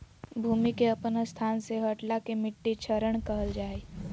भूमि के अपन स्थान से हटला के मिट्टी क्षरण कहल जा हइ